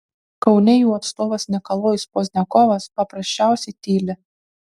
kaune jų atstovas nikolajus pozdniakovas paprasčiausiai tyli